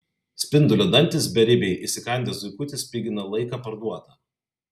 spindulio dantys beribiai įsikandę zuikutį spigina laiką parduotą